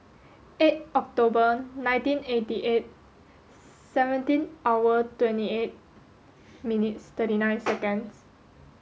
eight October nineteen eighty eight seventeen hour twenty eight minutes thirty nine seconds